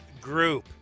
Group